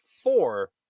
four